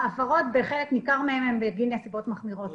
ההפרות, בחלק ניכר מהן, הן בגין נסיבות מחמירות.